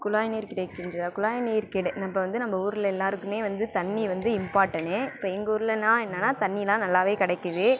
குழாய்நீர் கிடைக்கின்றதா குழாய் கிடை நம்ப வந்து நம்ப ஊரில் எல்லோருக்குமே வந்து தண்ணி வந்து இம்பார்ட்டனு இப்போ எங்கள் ஊர்லைனா என்னன்னால் தண்ணியெலாம் நல்லாவே கிடைக்கிது